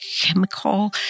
chemical